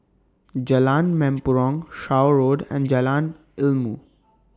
Jalan Mempurong Shaw Road and Jalan Ilmu